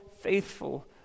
faithful